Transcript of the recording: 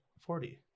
Forty